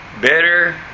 Better